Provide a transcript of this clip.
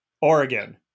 Oregon